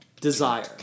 desire